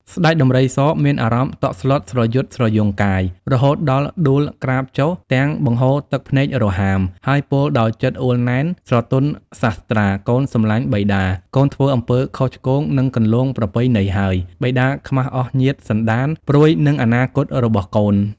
ស្តេចដំរីសមានអារម្មណ៏តក់ស្លុតស្រយុតស្រយង់កាយ រហូតដល់ដួលក្រាបចុះ ទាំងបង្ហូរទឹកភ្នែករហាម ហើយពោលដោយចិត្តអួលណែន ស្រទន់សាស្ត្រា កូនសម្លាញ់បិតា កូនធ្វើអំពើខុសឆ្គងនឹងគន្លងប្រពៃណីហើយ បិតាខ្មាស់អស់ញាតិ សន្តាន ព្រួយនឹងអនាគតរបស់កូន ។